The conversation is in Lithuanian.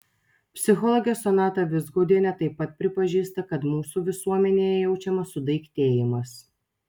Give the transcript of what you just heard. psichologė sonata vizgaudienė taip pat pripažįsta kad mūsų visuomenėje jaučiamas sudaiktėjimas